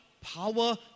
power